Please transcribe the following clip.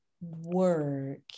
work